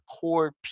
core